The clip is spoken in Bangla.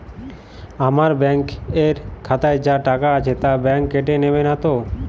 আমার ব্যাঙ্ক এর খাতায় যা টাকা আছে তা বাংক কেটে নেবে নাতো?